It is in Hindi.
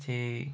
जी